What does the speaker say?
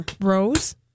Rose